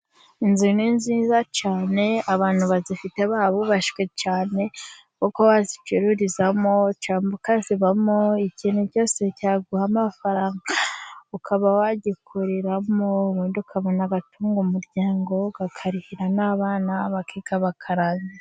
Inzu ni nziza cyane, abantu bazifite baba bubashywe cyane, kuko wazicururizamo cyangwa ukazibamo, ikintu cyose cyaguha, amafaranga ukaba wagikoreramo, ubundi ukabona agatunga umuryango, ukakarihira n'abana bakiga bakarangiza.